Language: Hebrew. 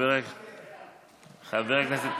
חבר הכנסת,